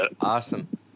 awesome